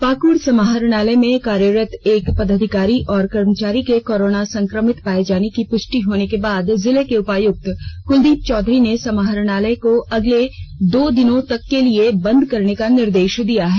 पाकुड़ समाहरणालय में कार्यरत एक पदाधिकारी और कर्मचारी के कोरोना संक्रमित पाये जाने की पुष्टि होने के बाद जिले के उपायुक्त कलदीप चौधरी ने समाहरणालय को अगले दो दिनों तक बंद करने का निर्देश दिया है